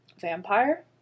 vampire